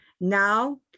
Now